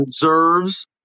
deserves